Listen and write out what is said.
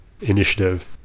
initiative